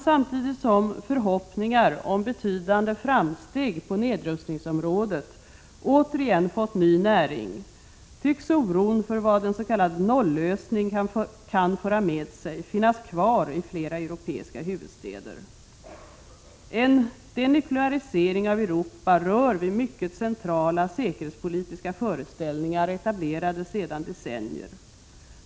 Samtidigt som förhoppningar om betydande framsteg på nedrustningsområdet återigen fått ny näring tycks oron för vad en s.k. nollösning kan föra med sig finnas kvar i flera europeiska huvudstäder. En denuklearisering av Europa rör vid mycket centrala säkerhetspolitiska föreställningar, etablerade sedan decennier.